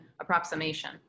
approximation